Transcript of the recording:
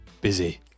busy